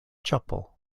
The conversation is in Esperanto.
ĉapo